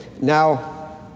now